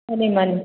ꯃꯥꯅꯤ ꯃꯥꯅꯤ